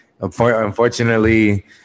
unfortunately